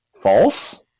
False